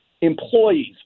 employees